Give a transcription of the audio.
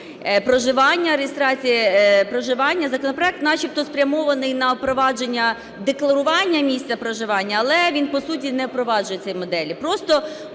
реєстрації проживання. Законопроект начебто спрямований на впровадження декларування місця проживання, але він по суті не впроваджує цієї моделі,